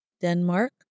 Denmark